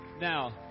Now